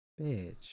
Bitch